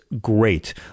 great